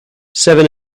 seven